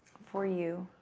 for you.